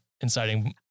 inciting